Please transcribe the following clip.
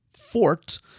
Fort